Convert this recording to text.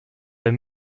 der